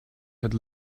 had